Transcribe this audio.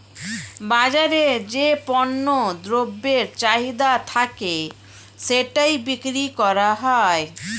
বাজারে যে পণ্য দ্রব্যের চাহিদা থাকে সেটাই বিক্রি করা হয়